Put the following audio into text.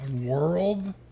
world